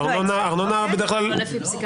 ארנונה זה לא לפי